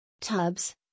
tubs